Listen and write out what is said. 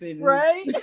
right